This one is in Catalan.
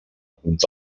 alguns